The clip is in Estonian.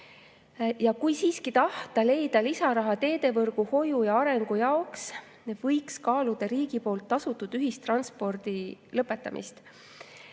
Kui siiski tahta leida lisaraha teevõrgu hoiu ja arengu jaoks, võiks kaaluda riigi poolt tasutud ühistranspordi lõpetamist